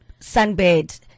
Sunbed